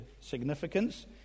significance